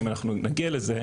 אם אנחנו נגיע לזה,